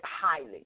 highly